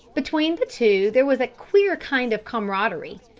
between the two there was a queer kind of camaraderie.